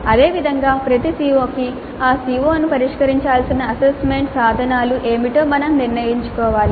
అదేవిధంగా ప్రతి CO కి ఆ CO ను పరిష్కరించాల్సిన అసెస్మెంట్ సాధనాలు ఏమిటో మనం నిర్ణయించుకోవాలి